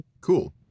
cool